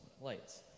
Lights